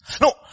No